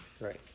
Right